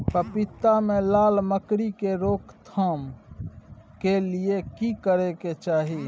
पपीता मे लाल मकरी के रोक थाम के लिये की करै के चाही?